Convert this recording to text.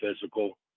physical